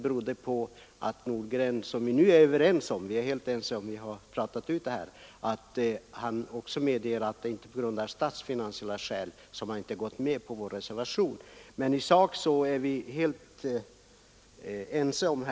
Men vi är nu helt ense och har pratat ut om detta. Herr Nordgren medger att det inte är av statsfinansiella skäl som han inte gått med på vår reservation. I sak är vi helt ense.